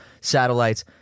satellites